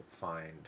find